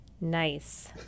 Nice